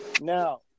Now